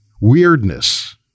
weirdness